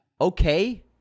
okay